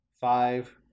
five